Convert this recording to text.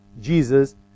Jesus